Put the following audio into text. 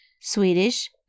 Swedish